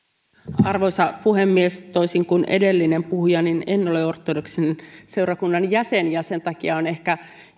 arvoisa puhemies toisin kuin edellinen puhuja en ole ortodoksisen seurakunnan jäsen sen takia on ehkä